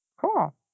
Cool